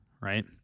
Right